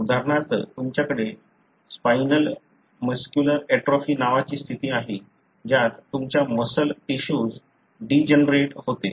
उदाहरणार्थ तुमच्याकडे spinal muscular atrophy नावाची स्थिती आहे ज्यात तुमच्या मसल टिशूज डीजनरेट होते